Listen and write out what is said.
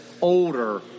older